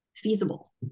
feasible